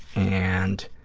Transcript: and